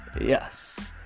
yes